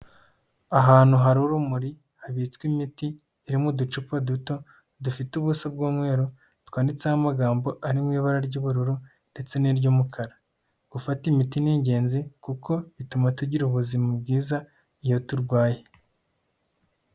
Ahantu hari urumuri habitswe imiti iri muo uducupa duto dufite ubuso bw'umweru twanditseho amagambo ari mu ibara ry'ubururu ndetse n'iry'umukara, gufata imiti ni ingenzi kuko bituma tugira ubuzima bwiza iyo turwaye.